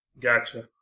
Gotcha